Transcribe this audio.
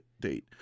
date